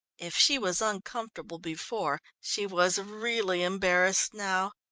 if she was uncomfortable before, she was really embarrassed now.